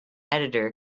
editor